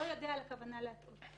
שר הפנים ייתן לו לשנות את שמו,